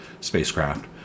spacecraft